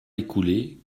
écoulés